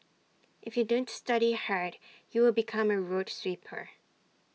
if you don't study hard you will become A road sweeper